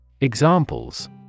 Examples